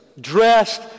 dressed